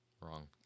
Wrong